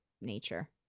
Nature